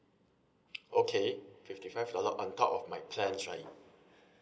okay fifty five dollar on top of my plans right